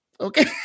okay